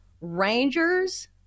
Rangers